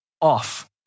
off